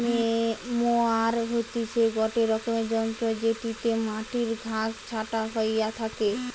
mower হতিছে গটে রকমের যন্ত্র জেটিতে মাটির ঘাস ছাটা হইয়া থাকে